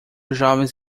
jovens